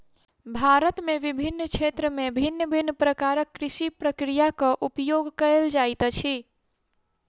भारत में विभिन्न क्षेत्र में भिन्न भिन्न प्रकारक कृषि प्रक्रियाक उपयोग कएल जाइत अछि